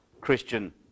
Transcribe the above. Christian